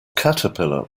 caterpillar